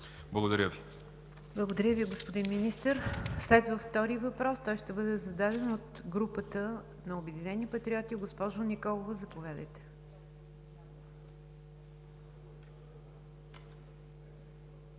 НИГЯР ДЖАФЕР: Благодаря Ви, господин Министър. Следва втори въпрос. Той ще бъде зададен от групата на „Обединени патриоти“. Госпожо Николова, заповядайте.